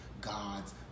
God's